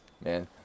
Man